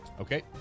Okay